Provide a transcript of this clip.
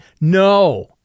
No